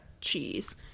cheese